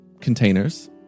containers